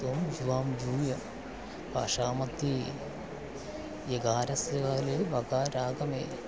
त्वं युवां यूयं भाषामध्ये यकारस्यकाले वकारागमे